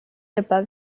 above